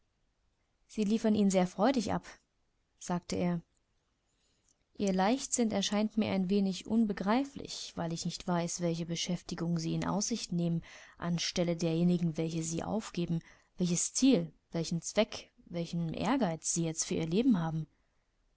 sie liefern ihn sehr freudig ab sagte er ihr leichtsinn erscheint mir ein wenig unbegreiflich weil ich nicht weiß welche beschäftigung sie in aussicht nehmen an stelle derjenigen welche sie aufgeben welches ziel welchen zweck welchen ehrgeiz sie jetzt für ihr leben haben